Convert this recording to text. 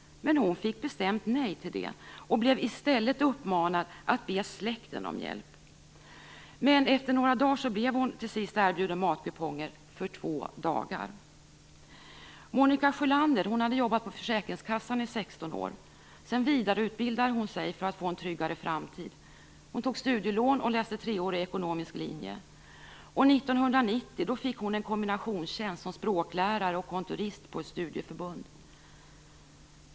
Men hon fick bestämt nej till det och blev i stället uppmanad att be släkten om hjälp. Efter några dagar blev hon till sist erbjuden matkuponger, för två dagar. Monica Sjölander hade jobbat på försäkringskassan i 16 år. Sedan vidareutbildade hon sig för att få en tryggare framtid. Hon tog studielån och läste treårig ekonomisk linje. 1990 fick hon en kombinationstjänst som språklärare och kontorist på ett studieförbund.